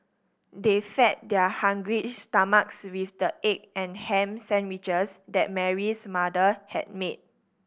they fed their hungry stomachs with the egg and ham sandwiches that Mary's mother had made